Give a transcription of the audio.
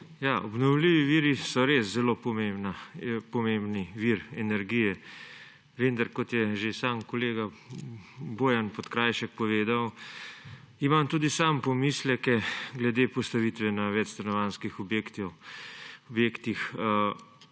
Obnovljivi viri so res zelo pomembni vir energije, vendar kot je že sam kolega Bojan Podkrajšek povedal, imam tudi sam pomisleke glede postavitve na večstanovanjskih objektih. Bojim